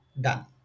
done